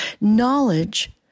Knowledge